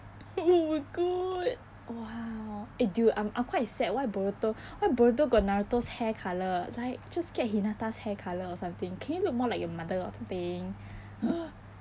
oh my god !wow! eh dude I'm I'm quite sad why boruto why boruto got naruto's hair colour like just get hinata's hair colour or something can you look more like your mother or something ugh